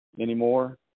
anymore